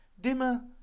Dimmer